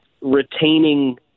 retaining